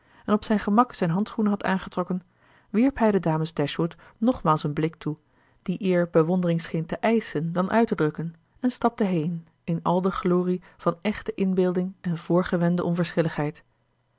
en op zijn gemak zijn handschoenen had aangetrokken wierp hij den dames dashwood nogmaals een blik toe die eer bewondering scheen te eischen dan uit te drukken en stapte heen in al de glorie van echte inbeelding en voorgewende onverschilligheid